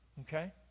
Okay